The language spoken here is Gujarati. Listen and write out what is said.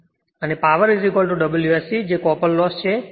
અને પાવર Wsc જે કોપર લોસ છે